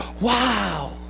wow